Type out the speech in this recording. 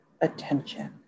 attention